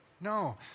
no